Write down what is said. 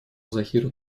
захира